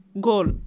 goal